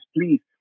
please